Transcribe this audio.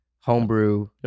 homebrew